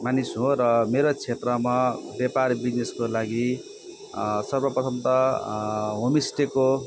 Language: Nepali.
मानिस हो र मेरो क्षेत्रमा व्यापार बिजनेसको लागि सर्वप्रथम त होमस्टेको